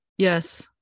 Yes